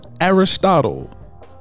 Aristotle